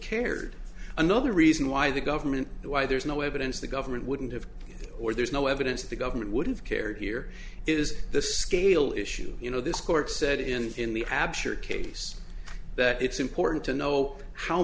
cared another reason why the government why there's no evidence the government wouldn't have or there's no evidence the government would have cared here is the scale issue you know this court said in the absolute case that it's important to know how